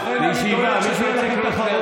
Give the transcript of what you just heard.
לכן אני דואג שתהיה לכם תחרות.